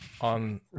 on